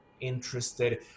interested